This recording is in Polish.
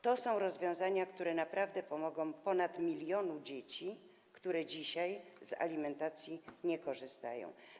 To są rozwiązania, które naprawdę pomogą ponad milionowi dzieci, które dzisiaj z alimentacji nie korzystają.